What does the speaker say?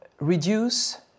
reduce